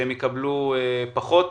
שהם יקבלו פחות.